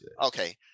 Okay